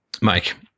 Mike